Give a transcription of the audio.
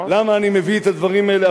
למה אני מביא את הדברים האלה.